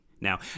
Now